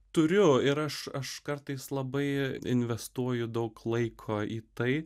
turiu ir aš aš kartais labai investuoju daug laiko į tai